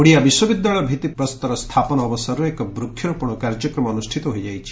ଓଡ଼ିଆ ବିଶ୍ୱବିଦ୍ୟାଳୟ ଭିତ୍ତିପ୍ରସ୍ଠର ସ୍ସାପନ ଅବସରରେ ଏକ ବୃଷରୋପଣ କାର୍ଯ୍ୟକ୍ରମ ଅନୁଷିତ ହୋଇଛି